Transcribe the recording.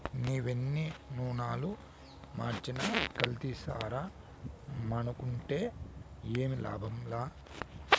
నీవెన్ని నూనలు మార్చినా కల్తీసారా మానుకుంటే ఏమి లాభంలా